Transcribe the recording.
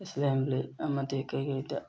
assembly ꯑꯃꯗꯤ ꯀꯔꯤꯀꯔꯤꯗ